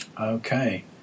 Okay